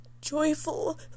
joyful